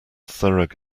thorough